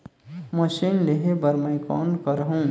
Machine लेहे बर मै कौन करहूं?